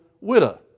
widow